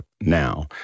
now